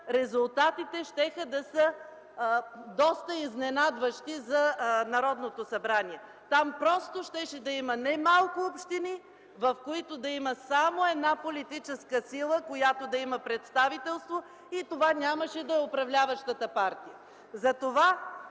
резултатите щяха да са доста изненадващи за Народното събрание. Там просто щеше да има немалко общини, в които да има само една политическа сила, която да има представителство. И това нямаше да е управляващата партия.